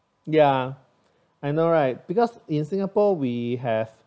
ya I know right because in singapore we have